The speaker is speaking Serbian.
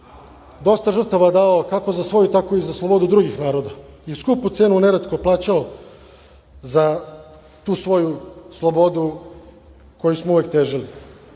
dosta žrtava dao kako za svoju, tako i za slobodu drugih naroda i skupu cenu neretko plaćao za tu svoju slobodu kojoj smo uvek težili.